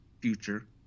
future